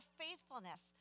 faithfulness